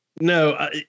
no